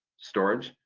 storage,